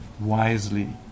wisely